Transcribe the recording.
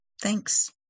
Thanks